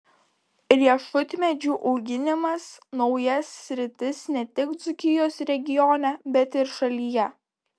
riešutmedžių auginimas nauja sritis ne tik dzūkijos regione bet ir šalyje